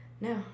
no